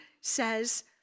says